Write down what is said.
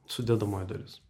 sudedamoji dalis